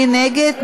מי נגד?